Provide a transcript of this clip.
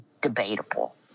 debatable